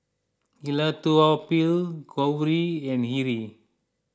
Elattuvalapil Gauri and Hri